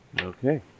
Okay